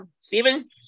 Stephen